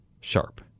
sharp